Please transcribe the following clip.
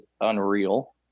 unreal